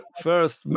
first